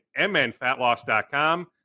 MNFatLoss.com